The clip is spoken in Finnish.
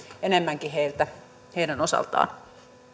enemmänkin heidän osaltaan